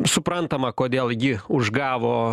suprantama kodėl ji užgavo